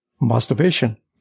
masturbation